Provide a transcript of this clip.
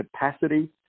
capacity